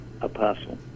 apostle